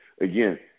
again